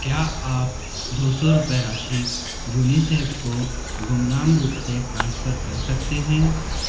क्या आप दो सौ रुपये राशि यूनिसेफ़ को गुमनाम रूप से ट्रांसफ़र कर सकते हैं